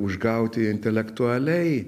užgauti intelektualiai